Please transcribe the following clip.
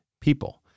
people